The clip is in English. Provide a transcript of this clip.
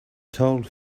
told